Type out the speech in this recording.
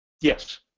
Yes